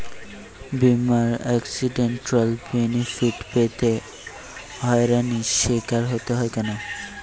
বিমার accidental benefit পেতে হয়রানির স্বীকার হতে হয় কেন?